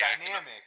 dynamic